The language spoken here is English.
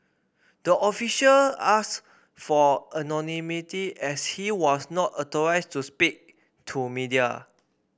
the official ask for anonymity as she was not authorised to speak to media